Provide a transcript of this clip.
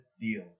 deal